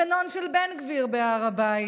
הגנון של בן גביר בהר הבית,